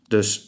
Dus